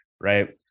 right